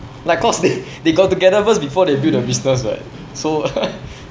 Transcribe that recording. like cause they they got together first before they build the business [what] so